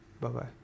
Bye-bye